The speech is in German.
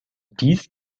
dies